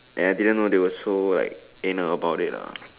and I didn't know they were so anal about it ah